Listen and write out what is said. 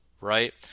right